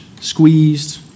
squeezed